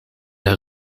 der